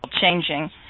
changing